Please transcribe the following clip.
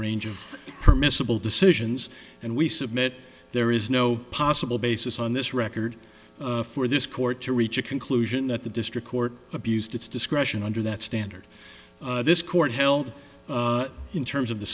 range of permissible decisions and we submit there is no possible basis on this record for this court to reach a conclusion that the district court abused its discretion under that standard this court held in terms of the